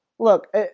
Look